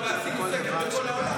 אמרת: ועשינו סקר בכל העולם.